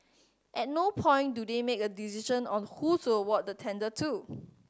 at no point do they make a decision on who to award the tender to